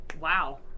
Wow